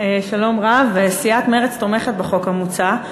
שלום רב, סיעת מרצ תומכת בחוק המוצע.